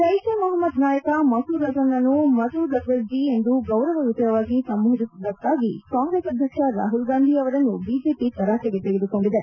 ಜೈಷ್ ಎ ಮೊಹಮ್ಜದ್ ನಾಯಕ ಮಸೂದ್ ಅಜರ್ನನ್ನು ಮಸೂದ್ ಅಜರ್ ಜೀ ಎಂದು ಗೌರವಯುತವಾಗಿ ಸಂಬೋಧಿಸಿದ್ದಕ್ಷಾಗಿ ಕಾಂಗ್ರೆಸ್ ಅಧ್ಯಕ್ಷ ರಾಹುಲ್ ಗಾಂಧಿ ಅವರನ್ನು ಬಿಜೆಪಿ ತರಾಟೆಗೆ ತೆಗೆದುಕೊಂಡಿದೆ